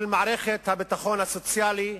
של מערכת הביטחון הסוציאלי,